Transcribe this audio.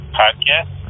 podcast